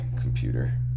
computer